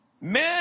Men